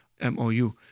M-O-U